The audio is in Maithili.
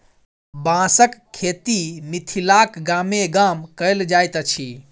बाँसक खेती मिथिलाक गामे गाम कयल जाइत अछि